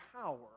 power